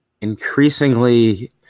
increasingly